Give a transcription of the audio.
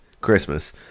Christmas